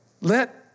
let